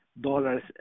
dollars